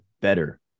better